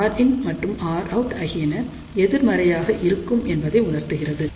Rin மற்றும் Rout ஆகியன எதிர்மறையாக இருக்கும் என்பதை உணர்த்துகிறது